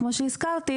כמו שהזכרתי,